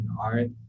art